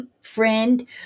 friend